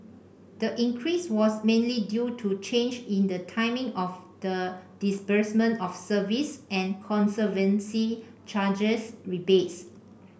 the increase was mainly due to change in the timing of the disbursement of service and conservancy charges rebates